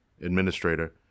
administrator